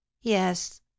Yes